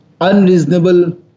unreasonable